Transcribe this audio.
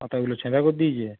পাতাগুলো ছ্যাঁদা করে দিয়েছে